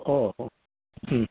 ಓ ಹ್ಞೂ